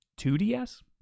2DS